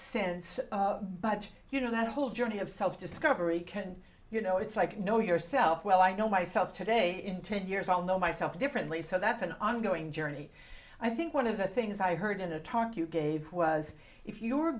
sense but you know that whole journey of self discovery can you know it's like you know yourself well i know myself today in ten years i'll know myself differently so that's an ongoing journey i think one of the things i heard in a talk you gave was if you